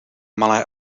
malé